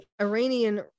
Iranian